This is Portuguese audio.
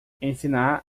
ensinar